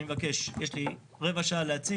יש לי רבע שעה להציג.